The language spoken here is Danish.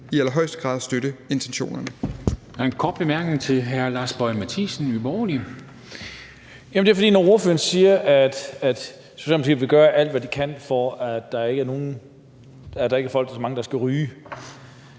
i allerhøjeste grad støtte intentionerne.